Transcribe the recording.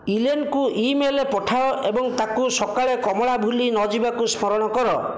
ଇଲେନକୁ email ପଠାଅ ଏବଂ ତା'କୁ ସକାଳେ କମଳା ଭୁଲି ନଯିବାକୁ ସ୍ମରଣ କର